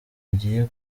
agiye